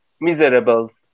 Miserables